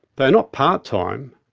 they are not part-time,